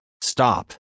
stop